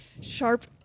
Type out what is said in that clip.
Sharp